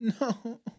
No